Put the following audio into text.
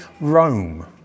Rome